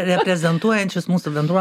reprezentuojančius mūsų bendruo